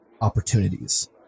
opportunities